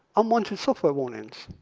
unwanted software warnings.